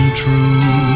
true